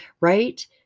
right